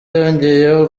yongeyeho